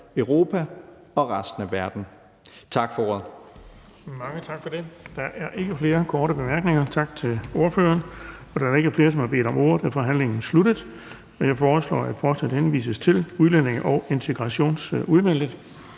Europa og resten af verden. Tak for ordet.